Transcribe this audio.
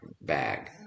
bag